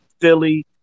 Philly